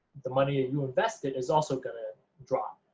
the money ah you invested is also gonna drop.